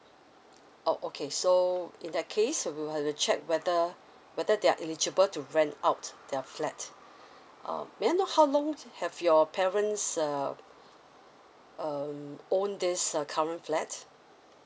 oh okay so in that case we have to check whether whether they are eligible to rent out their flat um may I know how long have your parents um um own this uh current flat